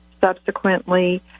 subsequently